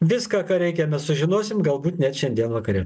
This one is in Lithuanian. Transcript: viską ką reikia mes sužinosim galbūt net šiandien vakare